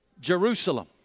Jerusalem